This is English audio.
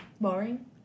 Boring